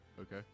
Okay